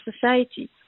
society